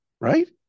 right